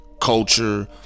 culture